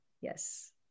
Yes